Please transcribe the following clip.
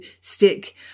stick